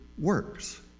works